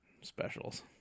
specials